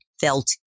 felt